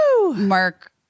Mark